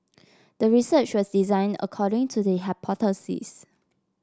the research was designed according to the hypothesis